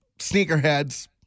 Sneakerheads